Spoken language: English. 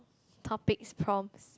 topics prompts